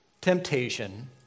temptation